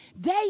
day